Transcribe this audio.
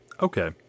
Okay